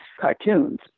cartoons